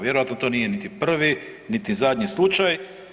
Vjerojatno to nije niti prvi, niti zadnji slučaj.